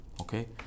okay